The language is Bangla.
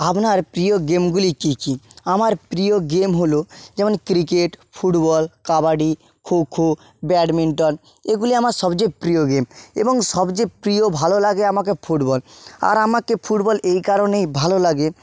আপনার প্রিয় গেমগুলি কী কী আমার প্রিয় গেম হল যেমন cricket football kabaddi kho kho badminton এগুলি আমার সবচেয়ে প্রিয় গেম এবং সবচেয়ে প্রিয় ভালো লাগে আমাকে ফুটবল আর আমাকে ফুটবল এই কারণেই ভালো লাগে